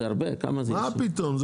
מה פתאום?